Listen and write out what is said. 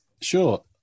sure